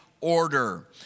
order